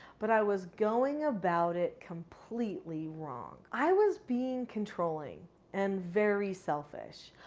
but i was going about it completely wrong. i was being controlling and very selfish.